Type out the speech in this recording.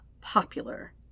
popular